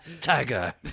Tiger